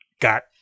got